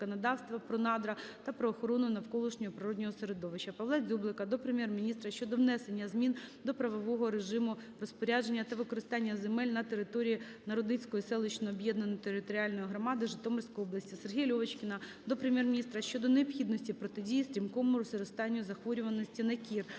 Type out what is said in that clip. Павла Дзюблика до Прем'єр-міністра України щодо внесення змін до правового режиму розпорядження та використання земель на території Народицької селищної об’єднаної територіальної громади Житомирської області. Сергія Льовочкіна до Прем'єр-міністра України щодо необхідності протидії стрімкому зростанню захворюваності на кір.